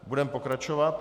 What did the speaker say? Budeme pokračovat.